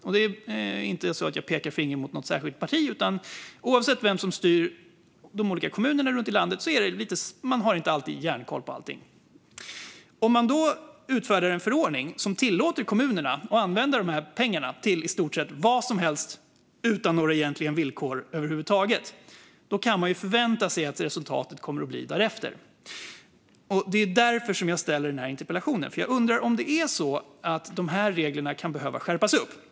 Jag pekar inte finger mot något särskilt parti. Oavsett vilka som styr kommunerna i landet har de inte alltid järnkoll på allting. Om man utfärdar en förordning som tillåter kommunerna att använda pengarna till i stort sett vad som helst, utan några egentliga villkor över huvud taget, kan man förvänta sig att resultatet blir därefter. Det är därför som jag ställer denna interpellation. Jag undrar om reglerna kan behöva skärpas.